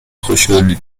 خوشحالییییی